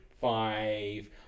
five